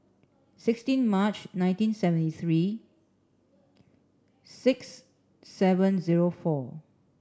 sixteen March nineteen seventy three six seven zero four